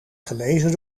gelezen